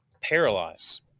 paralyze